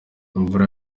imvura